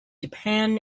japan